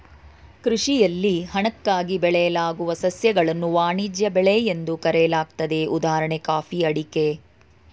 ಕೃಷಿಯಲ್ಲಿ ಹಣಕ್ಕಾಗಿ ಬೆಳೆಯಲಾಗುವ ಸಸ್ಯಗಳನ್ನು ವಾಣಿಜ್ಯ ಬೆಳೆ ಎಂದು ಕರೆಯಲಾಗ್ತದೆ ಉದಾಹಣೆ ಕಾಫಿ ಅಡಿಕೆ